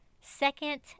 Second